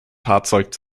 fahrzeug